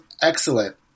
excellent